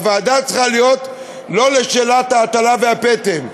הוועדה צריכה להיות לא לשאלת ההטלה והפטם,